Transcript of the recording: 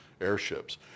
airships